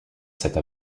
cette